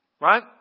Right